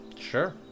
Sure